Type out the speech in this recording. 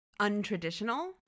untraditional